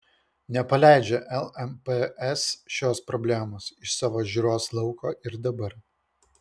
nepaleidžia lmps šios problemos iš savo žiūros lauko ir dabar